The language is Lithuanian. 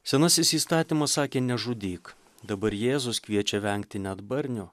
senasis įstatymas sakė nežudyk dabar jėzus kviečia vengti net barnių